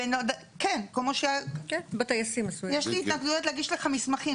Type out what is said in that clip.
יש לי התנגדויות להגיד לך מסמכים,